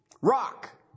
Rock